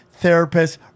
therapists